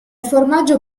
formaggio